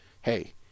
hey